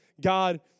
god